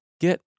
Get